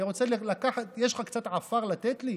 יש לך קצת עפר לתת לי?